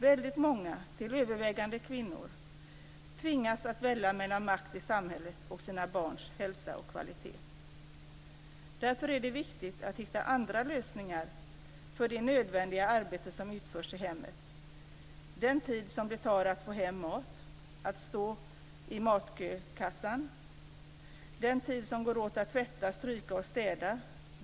Väldigt många, till övervägande delen kvinnor, tvingas att välja mellan makt i samhället och sina barns hälsa och kvalitet. Därför är det viktigt att hitta andra lösningar för det nödvändiga arbete som utförs i hemmet, för den tid som det tar att få hem mat och stå i kö vid kassan, för den tid som går åt till att tvätta, stryka och städa.